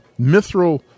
mithril